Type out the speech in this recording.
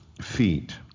feet